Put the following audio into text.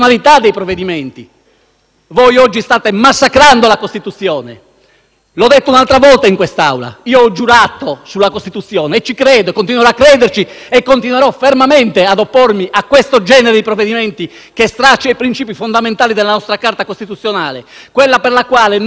voi oggi state massacrando la Costituzione. L'ho già detto un'altra volta in quest'Aula: io ho giurato sulla Costituzione, ci credo, continuerò a crederci e continuerò fermamente a oppormi a questo genere di provvedimenti, che straccia i principi fondamentali della nostra Carta costituzionale, quella per la quale noi combattiamo qui dentro,